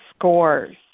scores